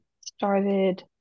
started